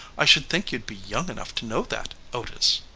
i should think you'd be young enough to know that, otis.